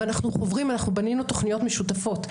ואנחנו חוברים, אנחנו בנינו תוכניות משותפות.